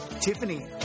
Tiffany